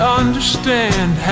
understand